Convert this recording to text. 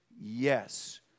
Yes